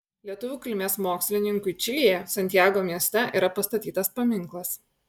lietuvių kilmės mokslininkui čilėje santjago mieste yra pastatytas paminklas